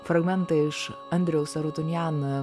fragmentai iš andriaus arutunjan